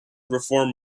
reform